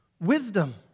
wisdom